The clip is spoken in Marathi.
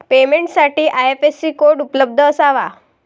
पेमेंटसाठी आई.एफ.एस.सी कोड उपलब्ध असावा